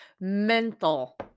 mental